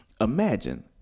Imagine